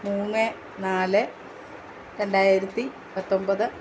മൂന്ന് നാല് രണ്ടായിരത്തി പത്തൊന്പത്